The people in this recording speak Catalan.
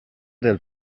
del